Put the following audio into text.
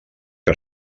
que